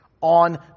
On